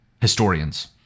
historians